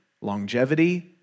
longevity